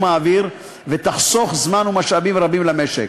האוויר ויחסוך זמן ומשאבים רבים למשק.